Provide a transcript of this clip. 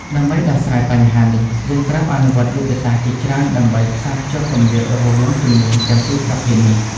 ដើម្បីដោះស្រាយបញ្ហានេះ យើងត្រូវអនុវត្តយុទ្ធសាស្ត្រជាច្រើនដើម្បីផ្សារភ្ជាប់គម្លាតរវាងជំនាញទាំងពីរប្រភេទនេះ។